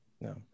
no